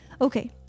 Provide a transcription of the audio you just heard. Okay